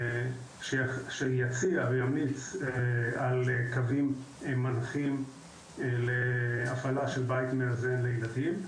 שיציע וימליץ על קווים מנחים להפעלה של בית מאזן לילדים.